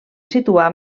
situar